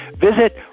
Visit